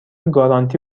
گارانتی